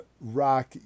Rock